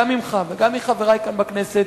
גם ממך וגם מחברי כאן בכנסת,